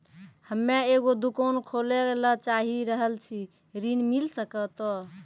हम्मे एगो दुकान खोले ला चाही रहल छी ऋण मिल सकत?